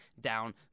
down